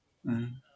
mm